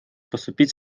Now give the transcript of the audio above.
поступить